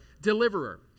deliverer